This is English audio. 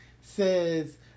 says